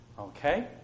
okay